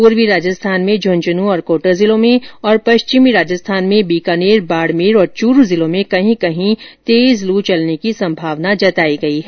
पूर्वी राजस्थान में झुन्झुन् और कोटा जिलों में तथा पश्चिमी राजस्थान में बीकानेर बाड़मेर और चूरू जिलों में कहीं कहीं तेज लू चलने की संभावना जताई है